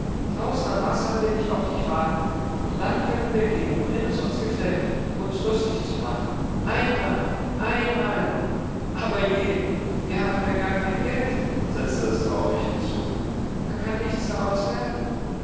draußen am wasser will ich auf dich warten und dann können wir gehen wohin es uns gefällt um uns lustig zu machen einmal einmal nur aber je wir haben ja gar kein geld setzte es traurig hinzu da kann nichts daraus werden